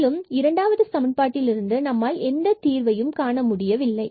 மேலும் இரண்டு சமன்பாட்டில் இருந்து நம்மால் எந்த தீர்வையும் காண முடியவில்லை